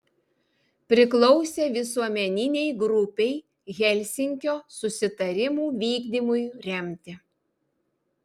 priklausė visuomeninei grupei helsinkio susitarimų vykdymui remti